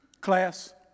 Class